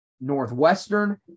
Northwestern